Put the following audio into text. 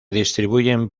distribuyen